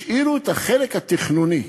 השאירו את החלק התכנוני,